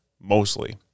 mostly